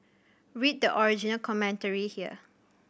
read the original commentary here